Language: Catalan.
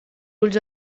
ulls